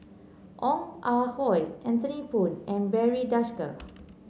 Ong Ah Hoi Anthony Poon and Barry Desker